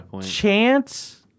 chance